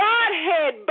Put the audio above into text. Godhead